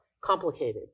complicated